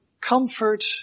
comfort